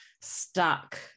stuck